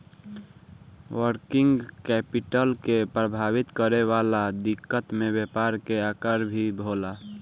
working capital के प्रभावित करे वाला दिकत में व्यापार के आकर भी होला